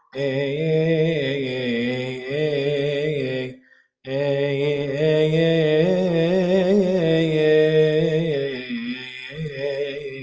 a a a